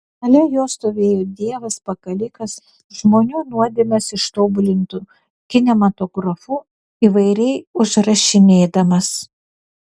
šalia jo stovėjo dievas pakalikas žmonių nuodėmes ištobulintu kinematografu įvairiai užrašinėdamas